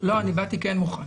באתי כן מוכן.